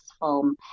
film